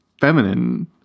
feminine